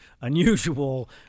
unusual